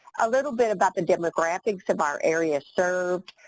a little bit about the demographics of our areas served.